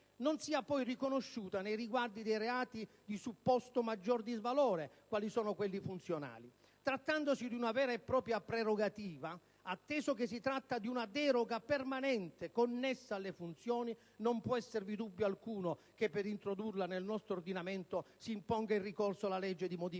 non sia poi riconosciuta nei riguardi di reati di supposto maggiore disvalore, quali sono i reati funzionali. Trattandosi di una vera e propria prerogativa, atteso che si tratta di una deroga permanente connessa alle funzioni, non può esservi dubbio alcuno che per introdurla nel nostro ordinamento si imponga il ricorso alla legge di modifica